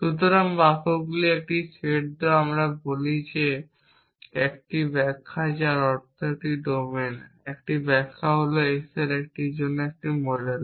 সুতরাং বাক্যগুলির একটি সেট দেওয়া আমরা বলি যে একটি ব্যাখ্যা যার অর্থ একটি ডোমেন একটি ব্যাখ্যা হল s এর জন্য একটি মডেল